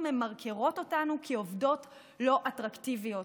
ממרקרות אותנו כעובדות לא אטרקטיביות,